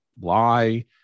lie